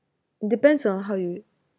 depends on how you